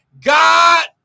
god